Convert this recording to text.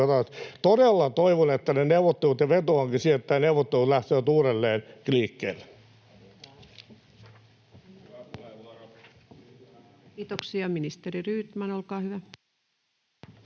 Todella toivon, ja vetoankin siihen, että ne neuvottelut lähtevät uudelleen liikkeelle. Kiitoksia. — Ministeri Rydman, olkaa hyvä.